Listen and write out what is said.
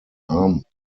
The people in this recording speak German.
armut